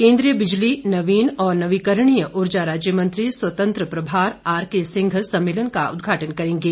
केन्द्रीय बिजली नवीन और नवीकरणीय ऊर्जा राज्य मंत्री स्वतंत्र प्रभार आरके सिंह सम्मेलन का उद्घाटन करेंगे